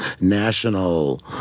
national